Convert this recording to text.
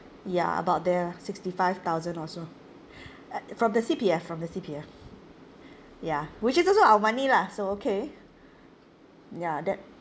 ya about there lah sixty five thousand or so from the C_P_F from the C_P_F ya which is also our money lah so okay ya that